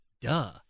duh